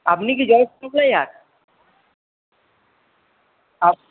আপনি কি জল সাপ্লায়ার আপ